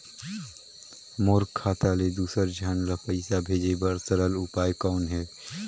मोर खाता ले दुसर झन ल पईसा भेजे बर सरल उपाय कौन हे?